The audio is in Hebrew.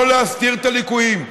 לא להסתיר את הליקויים,